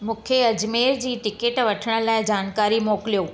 मूंखे अजमेर जी टिकट वठण लाइ जानकारी मोकिलियो